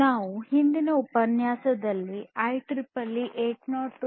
ನಾವು ಹಿಂದಿನ ಉಪನ್ಯಾಸದಲ್ಲಿ ಐಇಇಇ 802